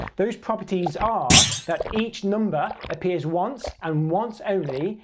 those properties are that each number appears once, and once only,